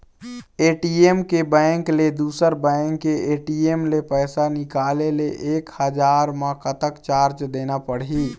ATM के bank ले दुसर बैंक के ए.टी.एम ले पैसा निकाले ले एक हजार मा कतक चार्ज देना पड़ही?